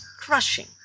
crushing